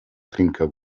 trinker